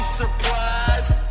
surprised